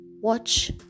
watch